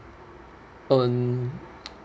earn